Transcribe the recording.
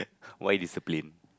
why discipline